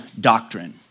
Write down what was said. doctrine